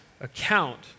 account